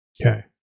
Okay